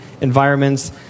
environments